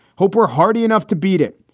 hope were hardy enough to beat it.